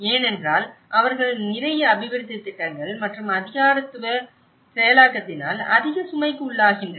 ஏனென்றால் அவர்கள் நிறைய அபிவிருத்தி திட்டங்கள் மற்றும் அதிகாரத்துவ செயலாக்கத்தினால் அதிக சுமைக்கு உள்ளாகின்றனர்